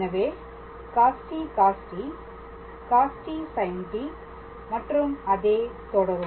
எனவே cost cost cost sint மற்றும் அதே தொடரும்